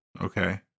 Okay